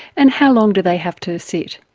and how long do they have to sit?